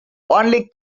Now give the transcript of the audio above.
only